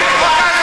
תודה רבה.